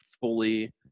fully